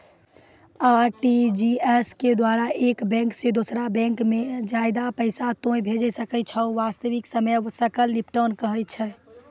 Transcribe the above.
RTGS के द्वारा एक बैंक से दोसरा बैंको मे ज्यादा पैसा तोय भेजै सकै छौ वास्तविक समय सकल निपटान कहै छै?